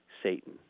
satan